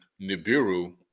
Nibiru